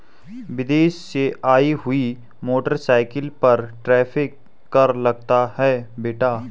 विदेश से आई हुई मोटरसाइकिल पर टैरिफ कर लगता है बेटे